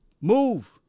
move